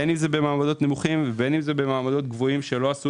בין אם במעמדות נמוכים ובין אם במעמדות גבוהים שלא עשו